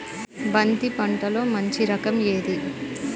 బంతి పంటలో మంచి రకం ఏది?